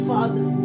Father